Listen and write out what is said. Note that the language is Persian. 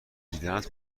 دیدنت